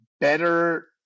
better –